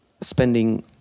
Spending